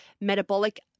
metabolic